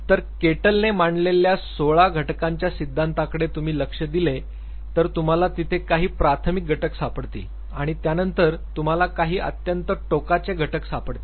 तर केटले मांडलेल्या १६ घटकांच्या सिद्धांताकडे तुम्ही लक्ष दिले तर तुम्हाला तिथे काही प्राथमिक घटक सापडतील आणि त्यानंतर तुम्हाला काही अत्यंत टोकाचे घटक सापडतील